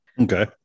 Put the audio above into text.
Okay